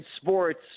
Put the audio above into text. sports